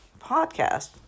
podcast